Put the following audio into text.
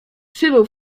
przybył